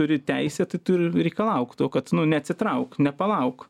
turi teisę tai tu ir reikalauk to kad neatsitrauk nepalauk